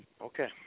Okay